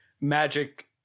magic